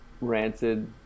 rancid